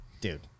Dude